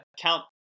count